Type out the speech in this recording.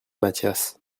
mathias